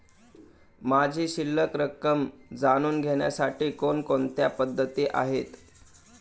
माझी शिल्लक रक्कम जाणून घेण्यासाठी कोणकोणत्या पद्धती आहेत?